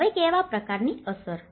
હવે કેવા પ્રકારની અસર